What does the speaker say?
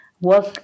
work